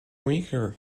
weaker